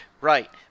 right